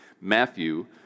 Matthew